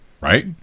right